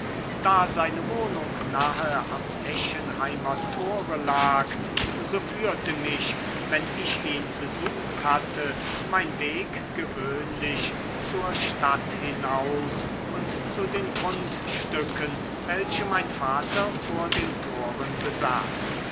da seine wohnung nahe am eschenheimer tore lag so führte mich wenn ich ihn besucht hatte mein weg gewöhnlich zur stadt hinaus und zu den grundstücken welche mein vater vor den toren besaß